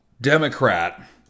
Democrat